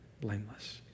blameless